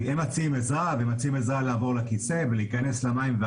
הם מציעים עזרה, עזרה בלעבור לכיסא ולהיכנס למים.